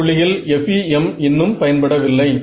இந்த புள்ளியில் FEM இன்னும் பயன்பட வில்லை